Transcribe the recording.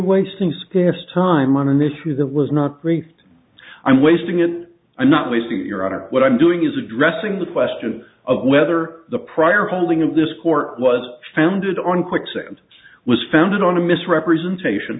wasting scarce time on an issue that was not briefed i'm wasting it i'm not wasting your i don't know what i'm doing is addressing the question of whether the prior holding of this court was founded on quicksand was founded on a misrepresentation